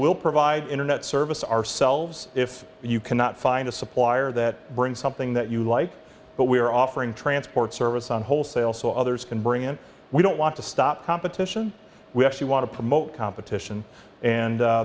will provide internet service ourselves if you cannot find a supplier that brings something that you like but we are offering transport service on wholesale so others can bring in we don't want to stop competition we actually want to promote competition and